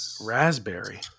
raspberry